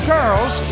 Girls